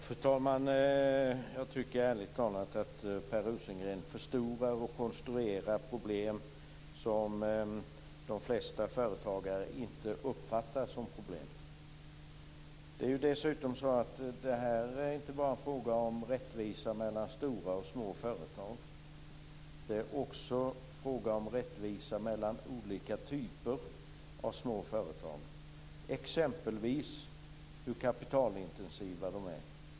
Fru talman! Jag tycker att Per Rosengren förstorar och konstruerar problem som de flesta företagare inte uppfattar som problem. Det är dessutom inte bara fråga om rättvisa mellan stora och små företag. Det är också fråga om rättvisa mellan olika typer av små företag, exempelvis hur kapitalintensiva de är.